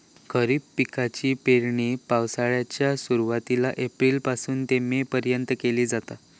खरीप पिकाची पेरणी पावसाळ्याच्या सुरुवातीला एप्रिल पासून ते मे पर्यंत केली जाता